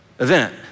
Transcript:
Event